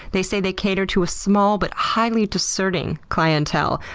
they say they cater to a small but highly discerning clientele.